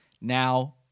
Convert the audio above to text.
Now